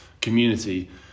community